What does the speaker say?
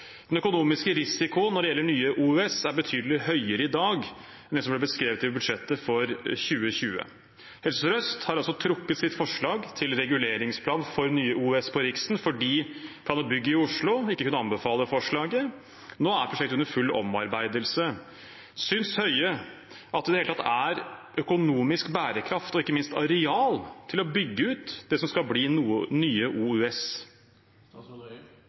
Den økonomiske risikoen når det gjelder nye OUS, er betydelig høyere i dag enn det som ble beskrevet i budsjettet for 2020. Helse Sør-Øst har altså trukket sitt forslag til reguleringsplan for nye OUS på Rikshospitalet fordi plan og bygg i Oslo ikke kunne anbefale forslaget. Nå er prosjektet under full omarbeidelse. Synes Høie at det i det hele tatt er økonomisk bærekraft i og ikke minst areal til å bygge ut det som skal bli nye OUS?